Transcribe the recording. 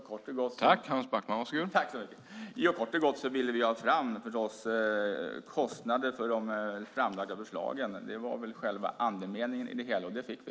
Herr talman! Kort och gott ville vi ha fram kostnader för de framlagda förslagen. Det var själva andemeningen i det hela, och det fick vi.